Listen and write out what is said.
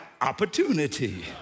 opportunity